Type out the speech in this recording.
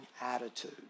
attitude